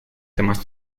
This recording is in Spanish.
temas